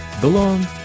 belong